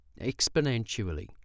exponentially